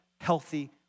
healthy